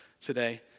today